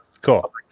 Cool